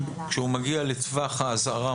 כשהוא מגיע לטווח האזהרה,